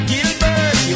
Gilbert